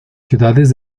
ciudades